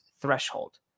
threshold